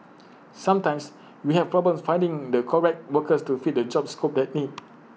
sometimes we have problems finding the correct workers to fit the job scope that need